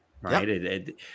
right